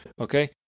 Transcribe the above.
okay